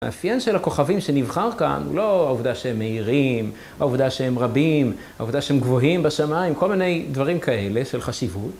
‫האפיין של הכוכבים שנבחר כאן ‫הוא לא העובדה שהם מהירים, ‫העובדה שהם רבים, ‫העובדה שהם גבוהים בשמיים, ‫כל מיני דברים כאלה של חשיבות.